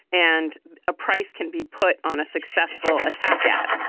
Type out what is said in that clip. and a price can be put on a successful attack ad.